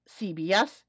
CBS